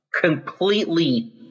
completely